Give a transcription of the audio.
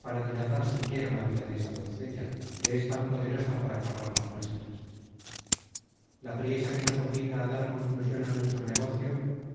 para dilatar siquiera la vida de esa doncella que es tan poderosa para acabar las nuestras la priesa que nos obliga á dar conclusion á nuestro negocio